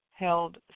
held